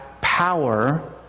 power